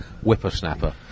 whippersnapper